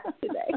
today